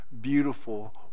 beautiful